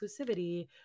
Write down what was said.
exclusivity